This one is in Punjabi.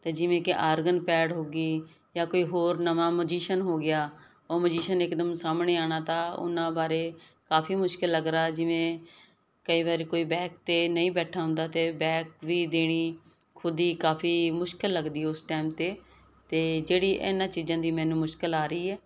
ਤੇ ਜਿਵੇਂ ਕਿ ਆਰਗਨ ਪੈਡ ਹੋਗੀ ਜਾਂ ਕੋਈ ਹੋਰ ਨਵਾਂ ਮਜੀਸ਼ਨ ਹੋ ਗਿਆ ਉਹ ਮਜੀਸ਼ਨ ਇਕਦਮ ਸਾਹਮਣੇ ਆਣਾ ਤਾਂ ਉਹਨਾਂ ਬਾਰੇ ਕਾਫੀ ਮੁਸ਼ਕਿਲ ਲੱਗਾ ਜਿਵੇਂ ਕਈ ਵਾਰੀ ਕੋਈ ਬੈਕ ਤੇ ਨਹੀਂ ਬੈਠਾ ਹੁੰਦਾ ਤੇ ਬੈਕ ਵੀ ਦੇਣੀ ਖੁਦੀ ਕਾਫੀ ਮੁਸ਼ਕਿਲ ਲੱਗਦੀ ਉਸ ਟਾਈਮ ਤੇ ਤੇ ਜਿਹੜੀ ਇਹਨਾਂ ਚੀਜ਼ਾਂ ਦੀ ਮੈਨੂੰ ਮੁਸ਼ਕਿਲ ਆ ਰਹੀ ਹੈ